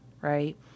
right